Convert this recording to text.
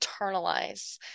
internalize